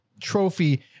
trophy